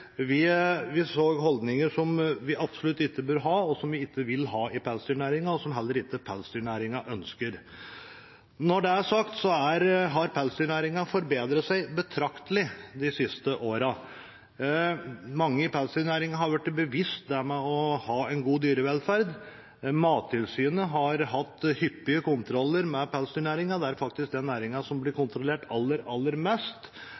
Vi så holdninger som vi absolutt ikke bør ha og ikke vil ha i pelsdyrnæringen, og som heller ikke pelsdyrnæringen ønsker. Når det er sagt, så har pelsdyrnæringen forbedret seg betraktelig de siste årene. Mange i pelsdyrnæringen har blitt bevisste på det å ha en god dyrevelferd. Mattilsynet har hatt hyppige kontroller av pelsdyrnæringen; det er faktisk den næringen som blir kontrollert aller, aller mest.